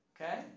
okay